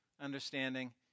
understanding